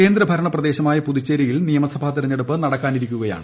കേന്ദ്രഭരണ പ്രദേശമായ പുതുച്ചേരിയിൽ നിയമസഭാ തെരഞ്ഞെടുപ്പ് നടക്കാനിരിക്കുകയാണ്